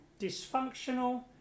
dysfunctional